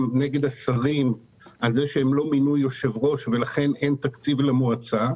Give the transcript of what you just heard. נגד השרים על זה שהם לא מינו יושב-ראש ולכן אין תקציב למועצה.